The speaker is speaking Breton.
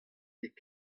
ket